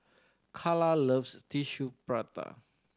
Kala loves Tissue Prata